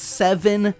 seven